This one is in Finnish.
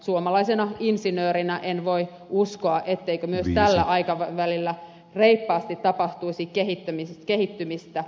suomalaisena insinöörinä en voi uskoa etteikö myös tällä aikavälillä reippaasti tapahtuisi kehittymistä